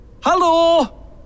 Hello